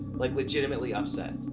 like legitimately upset.